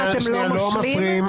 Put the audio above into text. זה עוד תירוץ למה אתם לא מושלים?